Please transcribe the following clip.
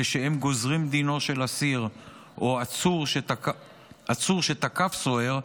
כשהם גוזרים את דינו של אסיר או עצור שתקף סוהר,